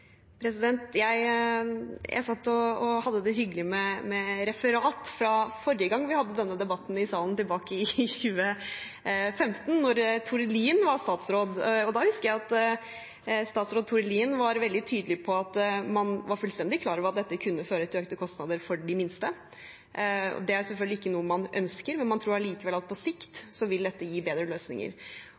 Jeg satt og hadde det hyggelig med referatet fra forrige gang vi hadde denne debatten i salen, tilbake i 2015, da Tord Lien var statsråd. Da husker jeg at statsråd Tord Lien var veldig tydelig på at man var fullstendig klar over at dette kunne føre til økte kostnader for de minste. Det er selvfølgelig ikke noe man ønsker, men man tror likevel at dette vil gi bedre løsninger på sikt.